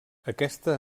aquesta